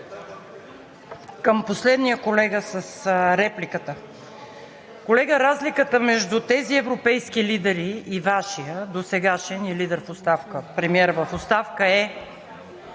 Към последния колега с репликата. Колега, разликата между тези европейски лидери и Вашия досегашен и лидер в оставка, премиер в оставка, е,